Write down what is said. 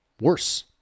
worse